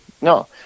no